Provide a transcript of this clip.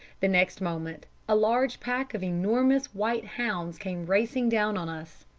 the next moment a large pack of enormous white hounds came racing down on us.